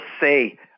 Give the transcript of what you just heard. say